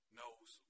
knows